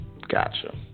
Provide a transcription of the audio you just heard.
Gotcha